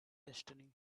destiny